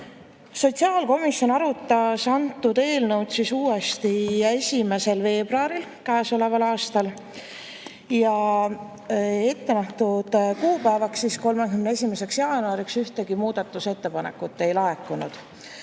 Sotsiaalkomisjon arutas seda eelnõu uuesti 1. veebruaril käesoleval aastal ja ettenähtud kuupäevaks, 31. jaanuariks ühtegi muudatusettepanekut ei laekunud.